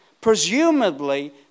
Presumably